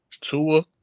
Tua